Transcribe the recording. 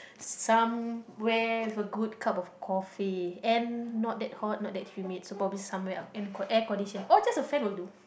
somewhere with a good cup of coffee and not that hot not that humid so probably somewhere air-conditioned oh just a fan will do